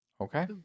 Okay